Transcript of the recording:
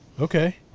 okay